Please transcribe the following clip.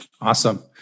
Awesome